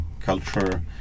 culture